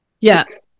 Yes